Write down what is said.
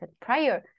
prior